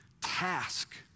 task